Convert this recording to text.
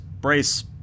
Brace